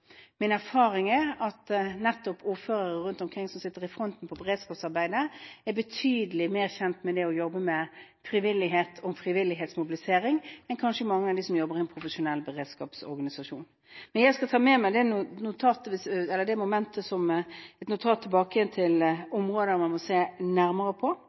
Min erfaring er at ordførere som er i front for beredskapsarbeidet, er betydelig mer kjent med å jobbe med frivillighet og frivillighetsmobilisering enn kanskje mange av de som jobber i profesjonelle beredskapsorganisasjoner. Jeg skal ta med meg det momentet, som et notat om områder man må se nærmere på.